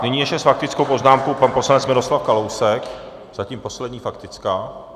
Nyní ještě s faktickou poznámkou pan poslanec Miroslav Kalousek, zatím poslední faktická.